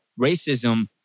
racism